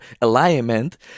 alignment